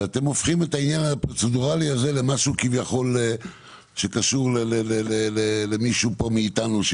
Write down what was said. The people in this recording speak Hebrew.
אתם הופכים את העניין הפרוצדוראלי למשהו שקשור למישהו פה מאיתנו.